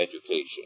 education